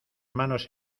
manos